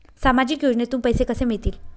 सामाजिक योजनेतून पैसे कसे मिळतील?